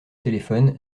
téléphone